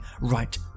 right